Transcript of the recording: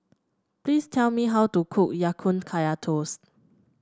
please tell me how to cook Ya Kun Kaya Toast